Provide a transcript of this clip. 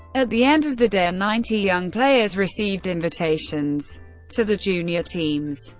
at the end of the day, and ninety young players received invitations to the junior teams.